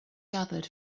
gathered